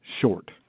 short